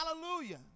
Hallelujah